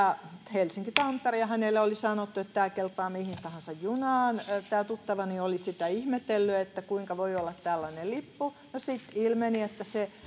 helsinki tampere ja hänelle oli sanottu että tämä kelpaa mihin tahansa junaan tämä tuttavani oli sitä ihmetellyt että kuinka voi olla tällainen lippu no sitten ilmeni että se